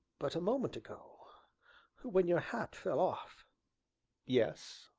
but a moment ago when your hat fell off yes?